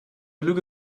lüge